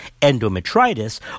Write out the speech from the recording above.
endometritis